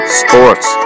sports